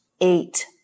eight